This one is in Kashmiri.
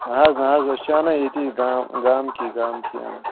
نا حظ نا حظ أسۍ چھِ اَنان ییٚتی گا گامٕکی گامٕکی اَنان